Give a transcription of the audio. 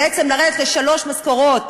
בעצם לרדת לשלוש משכורות